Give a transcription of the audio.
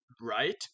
right